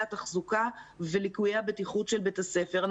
התחזוקה וליקויי הבטיחות של בית הספר.